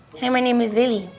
hey, my name is lilly.